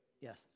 Yes